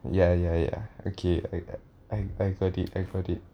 ya ya ya okay I got it I got it